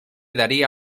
daría